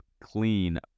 clean